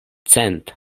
cent